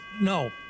No